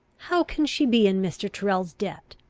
how can she be in mr. tyrrel's debt?